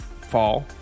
fall